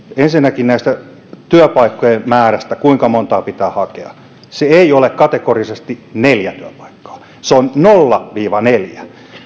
ensinnäkin tästä työpaikkojen määrästä kuinka montaa pitää hakea se ei ole kategorisesti neljä työpaikkaa se on nolla neljä